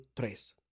tres